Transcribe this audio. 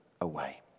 away